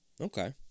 Okay